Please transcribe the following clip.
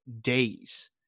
days